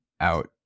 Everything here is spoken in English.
out